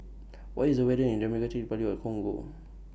What IS The weather in Democratic Republic of Congo